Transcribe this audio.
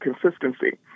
consistency